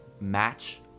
match